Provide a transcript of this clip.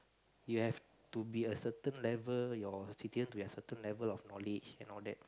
you have to be a certain level your citizen to have a certain level of knowledge and all that